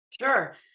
Sure